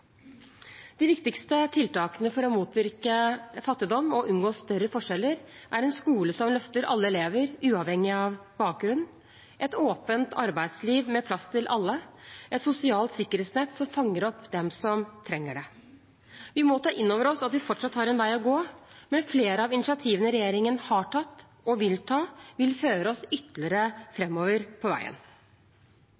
De viktigste tiltakene for å motvirke fattigdom og unngå større forskjeller er en skole som løfter alle elever, uavhengig av bakgrunn, et åpent arbeidsliv med plass til alle og et sosialt sikkerhetsnett som fanger opp dem som trenger det. Vi må ta inn over oss at vi fortsatt har en vei å gå, men flere av initiativene regjeringen har tatt og vil ta, vil føre oss ytterligere